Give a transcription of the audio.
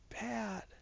bad